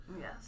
Yes